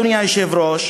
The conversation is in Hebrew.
אדוני היושב-ראש,